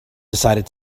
decided